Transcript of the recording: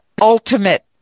ultimate